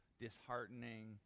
disheartening